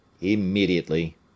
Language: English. Immediately